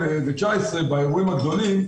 באירועים הגדולים,